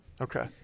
Okay